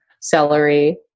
celery